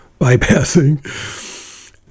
bypassing